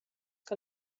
que